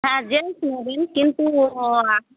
হ্যাঁ জেন্টস